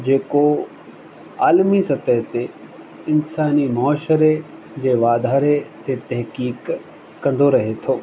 जेको आलिमी सतह ते इंसानी मुआशरे जे वाधारे ते तहकीक कंदो रहे थो